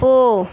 போ